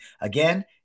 Again